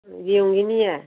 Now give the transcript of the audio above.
ꯌꯦꯡꯉꯨꯈꯤꯅꯤꯌꯦ